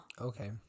Okay